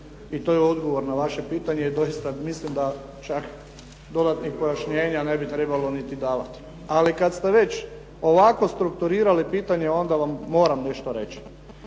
i to je odgovor na vaše pitanje i doista mislim da čak dodatnih pojašnjenja ne bi trebalo niti davati. Ali kada ste već ovako strukturirali pitanje, onda vam moram nešto reći.